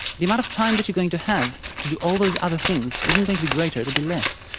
the amount of time that you're going to have to do all those other things isn't going to be greater. it'll be less.